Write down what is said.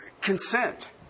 consent